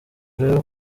rero